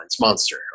monster